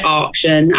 auction